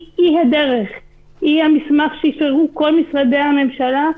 היא הדרך, היא המסמך שאשררו כל משרדי הממשלה,